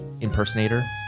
impersonator